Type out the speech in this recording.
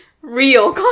real